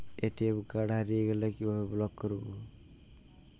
ATM card হারিয়ে গেলে কিভাবে ব্লক করবো?